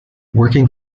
working